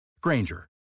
Granger